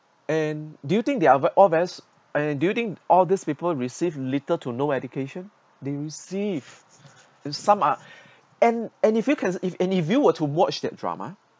and do you think they are all very and do you think all this people received little to no education they receive and some are and and if you can if and you will to watch that drama